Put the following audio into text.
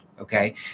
Okay